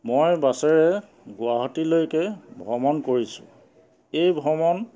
মই বাছেৰে গুৱাহাটীলৈকে ভ্ৰমণ কৰিছোঁ এই ভ্ৰমণ